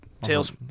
Tails